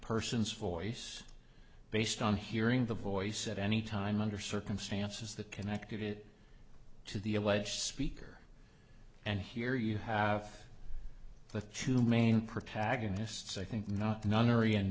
person's voice based on hearing the voice at any time under circumstances that connected it to the alleged speaker and here you have the two main protagonists i think not nunnery and